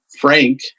Frank